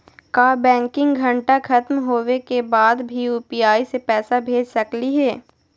का बैंकिंग घंटा खत्म होवे के बाद भी यू.पी.आई से पैसा भेज सकली हे?